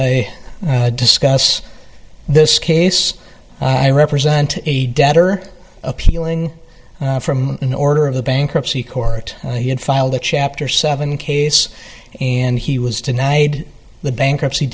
i discuss this case i represent a debtor appealing from an order of the bankruptcy court he had filed a chapter seven case and he was denied the bankruptcy